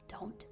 Don't